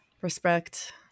respect